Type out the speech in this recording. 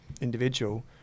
individual